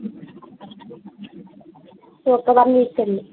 ఒక one week అండి